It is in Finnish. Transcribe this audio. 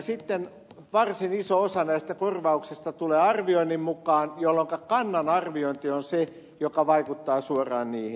sitten varsin iso osa näistä korvauksista tulee arvioinnin mukaan jolloinka kannan arviointi on se joka vaikuttaa suoraan niihin